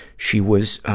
she was,